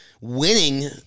winning